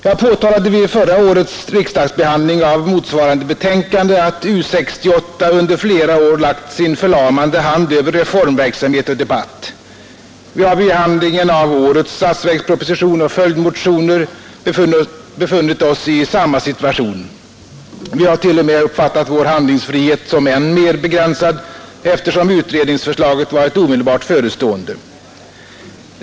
Jag påtalade vid förra årets riksdagsbehandling av motsvarande betänkande att U 68 under flera år lagt sin förlamande hand över reformverksamhet och debatt. Vi har vid behandlingen av årets statsverksproposition och följdmotioner befunnit oss i samma situation. Vi har t.o.m. uppfattat vår handlingsfrihet som än mer begränsad, eftersom utredningsförslaget varit omedelbart förestående.